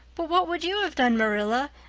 but what would you have done, marilla,